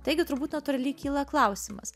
taigi turbūt natūraliai kyla klausimas